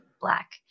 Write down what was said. black